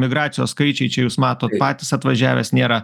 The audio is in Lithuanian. migracijos skaičiai čia jūs matot patys atvažiavęs nėra